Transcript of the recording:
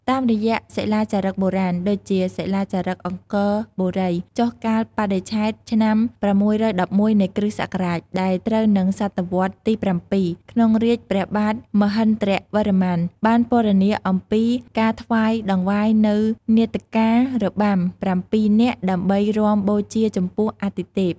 តាមរយៈសិលាចារឹកបុរាណ ដូចជាសិលាចារឹកអង្គរបុរី ចុះកាលបរិច្ឆេទឆ្នាំ ៦១១ នៃគ្រិស្តសករាជ ដែលត្រូវនឹង សតវត្សរ៍ទី ៧ ក្នុងរាជ្យព្រះបាទ មហេន្ទ្រវរ្ម័ន បានពណ៌នាអំពីការថ្វាយដង្វាយនូវនាដការរបាំ ប្រាំពីរ នាក់ ដើម្បីរាំបូជាចំពោះអាទិទេព។